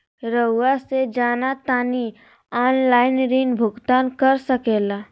रहुआ से जाना तानी ऑनलाइन ऋण भुगतान कर सके ला?